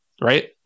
Right